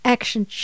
Action